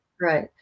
right